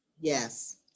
Yes